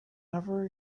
never